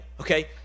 okay